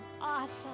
Awesome